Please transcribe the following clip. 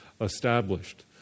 established